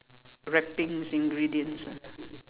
wrappings ingredients ah